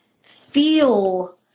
Feel